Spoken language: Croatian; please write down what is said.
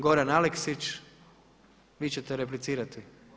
Goran Aleksić, vi ćete replicirati?